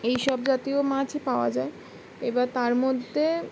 এইসব জাতীয় মাছ পাওয়া যায় এবার তার মধ্যে